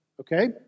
Okay